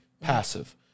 passive